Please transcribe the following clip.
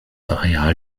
areal